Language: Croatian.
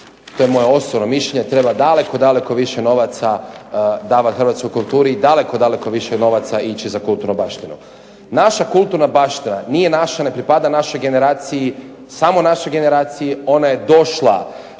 To je moje osobno mišljenje. Treba daleko, daleko više novaca davati hrvatskoj kulturi i daleko, daleko više novaca ići za kulturnu baštinu. Naša kulturna baština nije naša, ne pripada našoj generaciji, samo našoj generaciji. Ona je došla